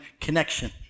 connection